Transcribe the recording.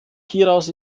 hieraus